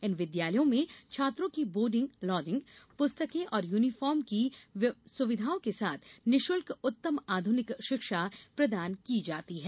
इन विद्यालयों में छात्रों को बोर्डिंग लॉजिंग पुस्तकें और यूनीफार्म की सुविधाओं के साथ निःशुल्क उत्तम आधुनिक शिक्षा प्रदान की जाती है